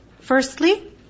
Firstly